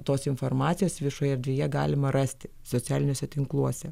tos informacijos viešoje erdvėje galima rasti socialiniuose tinkluose